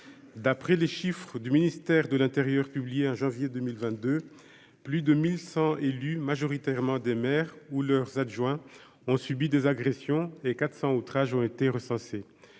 d'après les chiffres du ministère de l'Intérieur, publié en janvier 2022 plus de 1100 élu majoritairement des maires ou leurs adjoints ont subi des agressions et 400 outrage ont été recensés